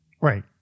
Right